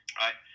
right